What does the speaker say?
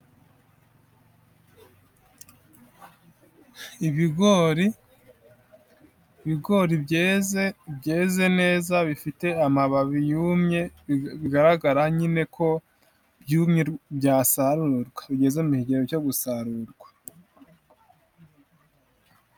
Ibigori, ibigori byeze, byeze neza bifite amababi yumye, bigaragara nyine ko byasarurwa, bigeze mu igihe cyo gusarurwa.